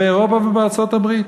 באירופה ובארצות-הברית,